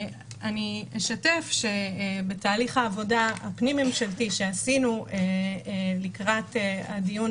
אני אשתף שבתהליך העבודה הפנים ממשלתי שעשינו לקראת הדיון